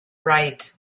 right